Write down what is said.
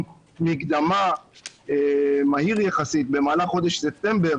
מקדמה מהיר יחסית במהלך חודש ספטמבר,